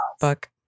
book